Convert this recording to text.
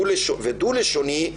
או דו לשוני,